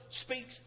speaks